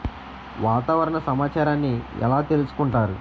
వాతావరణ సమాచారాన్ని ఎలా తెలుసుకుంటారు?